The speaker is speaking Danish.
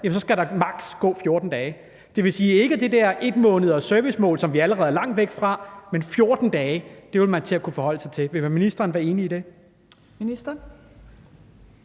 så skal der maks. gå 14 dage? Det vil sige, at det ikke skal være det der servicemål på 1 måned, som vi allerede er langt væk fra, men 14 dage. Det vil man kunne forholde sig til. Er ministeren enig i det?